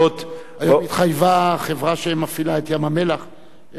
התחייבה החברה שמפעילה את ים-המלח בשני,